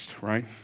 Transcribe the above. right